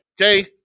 Okay